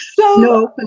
No